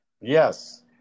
Yes